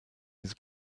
his